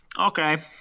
okay